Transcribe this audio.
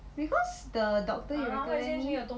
because the doctor recommend me